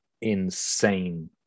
insane